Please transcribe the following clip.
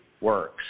works